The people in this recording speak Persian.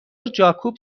جاکوب